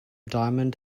diamond